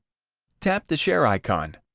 tap the share icon,